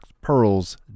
Pearls